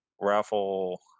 Raffle